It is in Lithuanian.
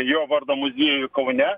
jo vardo muziejuj kaune